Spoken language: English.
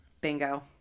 Bingo